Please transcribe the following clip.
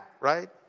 right